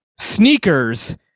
sneakers